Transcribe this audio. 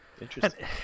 Interesting